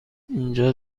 اینجا